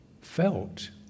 felt